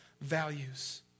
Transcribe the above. values